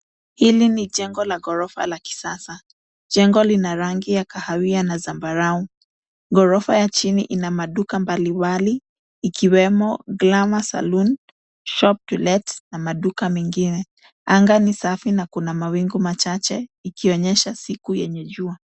Hili ni jengo la ghorofa la kisasa. Jengo lina rangi ya kahawia na zambarau. Ghorofa ya chini ina maduka mbalimbali ikiwemo glamour salon, shop to let na maduka mengine. Anga ni safi na kuna mawingu machache ikionyesha siku yenye jua.